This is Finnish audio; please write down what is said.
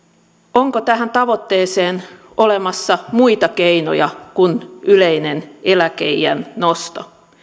onko tähän tavoitteeseen olemassa muita keinoja kuin yleinen eläkeiän nosto